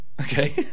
Okay